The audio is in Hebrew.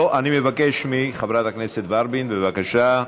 אני מבקש מחברת הכנסת ורבין, בבקשה,